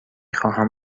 خواهم